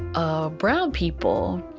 ah brown people,